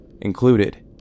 included